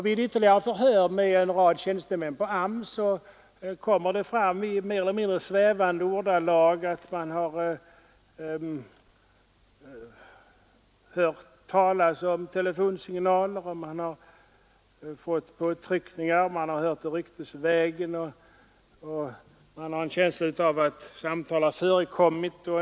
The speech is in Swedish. Vid förhör med en rad tjänstemän på AMS kom det fram att man ryktesvägen har hört talas om telefonsignaler, att man har fått påtryckningar, att man haft en känsla av att samtal förekommit etc.